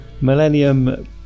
millennium